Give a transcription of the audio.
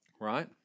Right